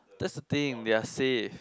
that's the thing they are safe